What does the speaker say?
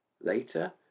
Later